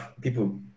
people